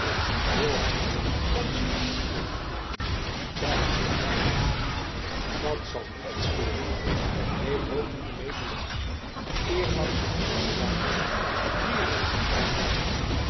wil hij mij laten dansen vroeg adeelen bij sint nicolaas dat zal niet gebeuren ik hoop dien vermetelen graaf eerlang een dans te laten doen die hem minder smaken zal